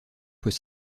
peut